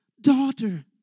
Daughter